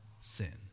sin